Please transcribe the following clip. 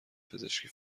پزشکی